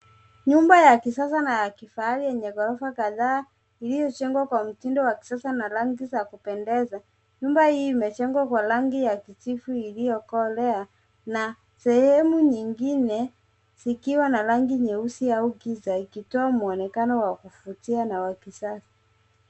Nyumba ya kisasa na ya kifahari yenye ghorofa kadhaa iliyojengwa kwa mtindo wa kisasa na rangi za kupendeza. Nyumba hii imejengwa kwa rangi ya kijivu iliyokolea na sehemu nyingine zikiwa na rangi nyeusi au giza ikitoa muonekano wa kuvutia na wa kisasa.